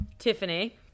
Tiffany